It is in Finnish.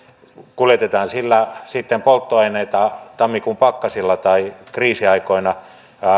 kuljetetaan sillä sitten polttoaineita tammikuun pakkasilla tai kriisiaikoina